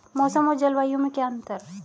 मौसम और जलवायु में क्या अंतर?